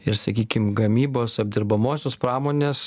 ir sakykim gamybos apdirbamosios pramonės